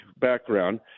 background